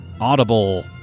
Audible